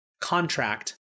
contract